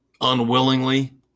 unwillingly